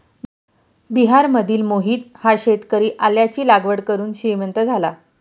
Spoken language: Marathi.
बिहारमधील मोहित हा शेतकरी आल्याची लागवड करून श्रीमंत झाला